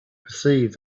perceived